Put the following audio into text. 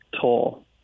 Toll